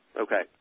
Okay